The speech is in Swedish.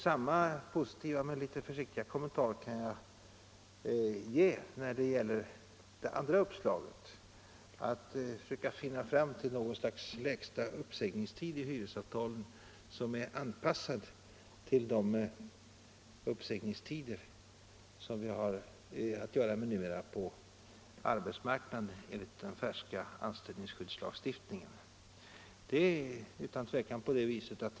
Samma positiva men litet försiktiga kommentar kan jag ge när det gäller det andra uppslaget — att försöka finna något slags lägsta uppsägningstid i hyresavtalen, som är anpassad till de uppsägningstider som vi har att göra med nu på arbetsmarknaden enligt den färska anställningsskyddslagen.